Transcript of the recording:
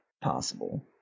possible